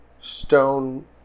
stone